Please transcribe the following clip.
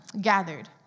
gathered